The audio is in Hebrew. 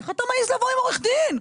איך אתה מעז לבוא עם עורך דין?